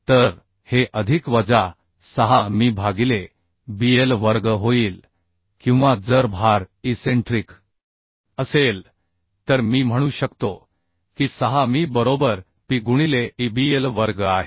तर हे अधिक वजा 6 मी भागिले bl वर्ग होईल किंवा जर भार इसेंट्रिक असेल तर मी म्हणू शकतो की 6 मी p गुणिले ebl वर्ग आहे